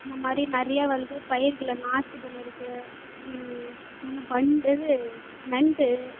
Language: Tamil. இந்த மாதிரி நறைய வந்து பயிர்களை நாஸ்தி பண்ணி இருக்குது என்ன வண்டு இது நண்டு